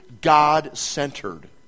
God-centered